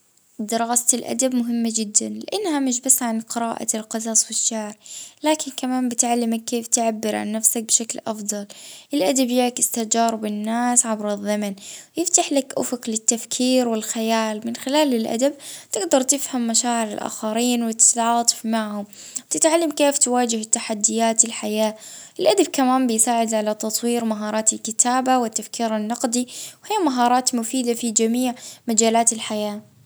ا أه الأدب يغدى الروح ويخليك اه تفهم الثقافات المختلفة.